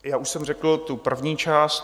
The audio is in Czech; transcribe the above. Já už jsem řekl tu první část.